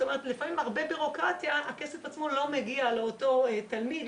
זאת אומרת לפעמים הרבה בירוקרטיה והכסף עצמו לא מגיע לאותו תלמיד,